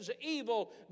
evil